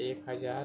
एक हजार